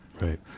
Right